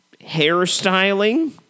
hairstyling